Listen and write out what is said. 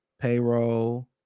payroll